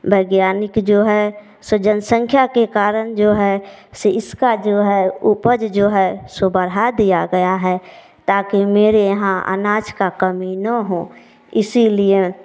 वैज्ञानिक जो है सो जनसंख्या के कारण जो है इसे इसका जो है उपज जो है वो बढ़ा दिया गया है ताकि मेरे यहाँ अनाज का कमी ना हो इसलिए